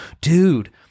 dude